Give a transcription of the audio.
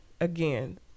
again